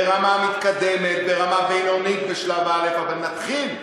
ברמה מתקדמת, ברמה בינונית, בשלב א', אבל נתחיל,